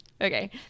Okay